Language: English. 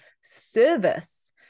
Service